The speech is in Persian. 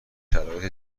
شرایط